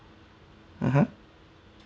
(uh huh)